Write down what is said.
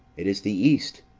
it is the east,